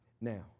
now